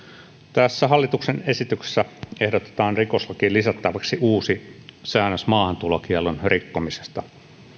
tässä hallituksen esityksessä ehdotetaan rikoslakiin lisättäväksi uusi säännös maahantulokiellon rikkomisesta